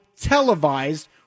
televised